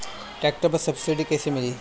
Tractor पर subsidy कैसे मिली?